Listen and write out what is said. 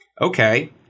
Okay